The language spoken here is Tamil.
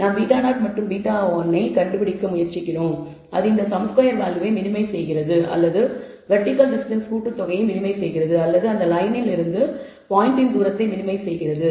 நாம் β0 மற்றும் β1 ஐக் கண்டுபிடிக்க முயற்சிக்கிறோம் அது இந்த சம் ஸ்கொயர் வேல்யூவை மினிமைஸ் செய்கிறது அல்லது வெர்டிகல் டிஸ்டன்ஸ் கூட்டுத் தொகையை மினிமைஸ் செய்கிறது அல்லது அந்த லயனில் இருந்து பாயின்ட் இன் தூரத்தை மினிமைஸ் செய்கிறது